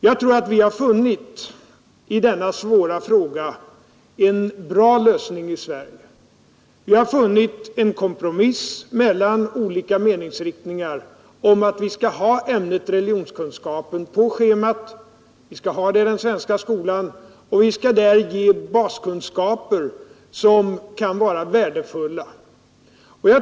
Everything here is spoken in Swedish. Jag tror att vi i Sverige har funnit en bra lösning på denna svåra fråga. Vi har kunnat göra en kompromiss mellan olika meningsriktningar om att vi skall ha ämnet religionskunskap på schemat i den svenska skolan och där ge baskunskaper som kan vara värdefulla.